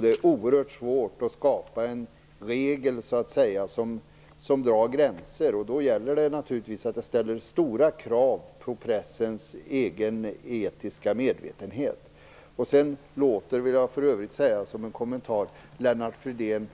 Det är oerhört svårt att skapa en regel som drar gränser för detta, och det ställer stora krav på pressens egen etiska medvetenhet. Jag vet vidare inte om Lennart Fridén